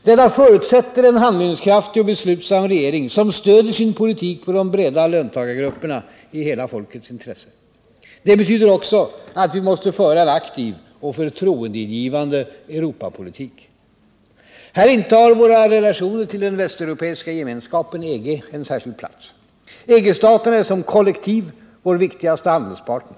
Detta förutsätter en handlingskraftig och beslutsam regering, som stödjer sin politik på de breda löntagargrupperna i hela folkets intresse. Det betyder också att vi måste föra en aktiv och förtroendeingivande Europapolitik. Här intar våra relationer till den västeuropeiska gemenskapen EG en särskild plats. EG-staterna är som kollektiv vår viktigaste handelspartner.